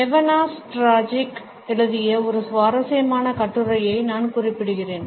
Nevena Stajic எழுதிய ஒரு சுவாரஸ்யமான கட்டுரையை நான் குறிப்பிடுவேன்